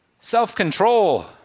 self-control